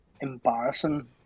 embarrassing